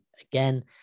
Again